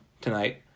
tonight